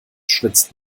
schwitzt